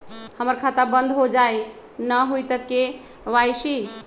हमर खाता बंद होजाई न हुई त के.वाई.सी?